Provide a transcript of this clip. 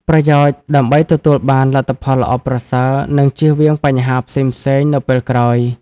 ប្រយោជន៍ដើម្បីទទួលបានលទ្ធផលល្អប្រសើរ និងជៀសវាងបញ្ហាផ្សេងៗនៅពេលក្រោយ។